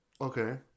Okay